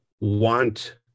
want